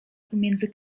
pomiędzy